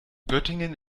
göttingen